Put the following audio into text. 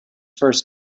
first